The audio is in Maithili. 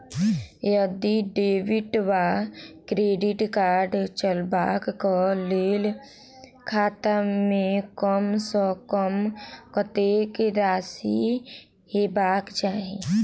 यदि डेबिट वा क्रेडिट कार्ड चलबाक कऽ लेल खाता मे कम सऽ कम कत्तेक राशि हेबाक चाहि?